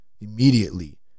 immediately